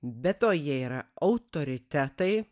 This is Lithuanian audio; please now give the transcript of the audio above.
be to jie yra autoritetai